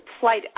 flight